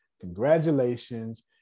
congratulations